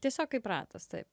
tiesiog kaip ratas taip